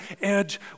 edge